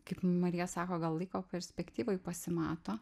kaip marija sako gal laiko perspektyvoj pasimato